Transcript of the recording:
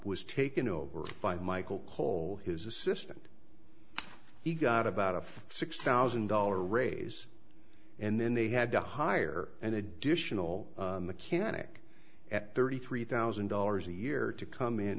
was taken over by michael cole his assistant he got about a six thousand dollar raise and then they had to hire an additional mechanic at thirty three thousand dollars a year to come in